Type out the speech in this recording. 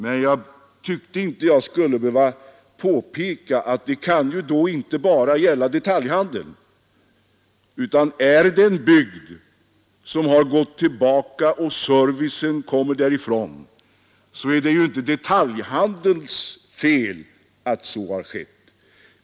Men jag tyckte inte att jag skulle behöva påpeka att detta inte bara gäller detaljhandeln. Har en bygd gått tillbaka och servicen försvinner är det inte bara detaljhandelns fel.